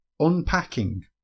Unpacking